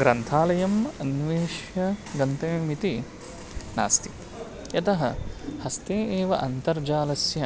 ग्रन्थालयम् अन्वेष्य गन्तव्यम् इति नास्ति यतः हस्ते एव अन्तर्जालस्य